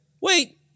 wait